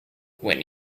when